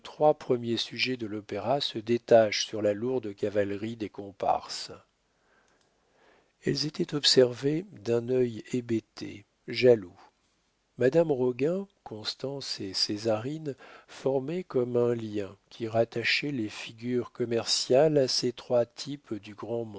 trois premiers sujets de l'opéra se détachent sur la lourde cavalerie des comparses elles étaient observées d'un œil hébété jaloux madame roguin constance et césarine formaient comme un lien qui rattachait les figures commerciales à ces trois types du grand